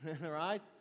right